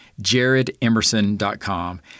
jaredemerson.com